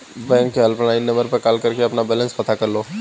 bank के helpline number पर call करके अपना बैलेंस पता कर लो